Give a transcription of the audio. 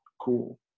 cool